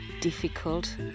difficult